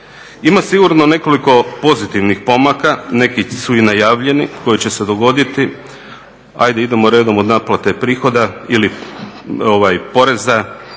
Ima sigurno nekoliko pozitivnih pomaka, neki su i najavljeni koji će se dogoditi, ajde idemo redom od naplate prihoda ili poreza